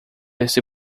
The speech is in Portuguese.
esse